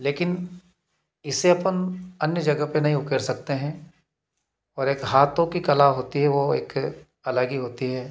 लेकिन इससे अपन अन्य जगहों पे नहीं कर सकते हैं और एक हाथों की कला होती है वो एक अलग ही होती है